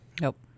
Nope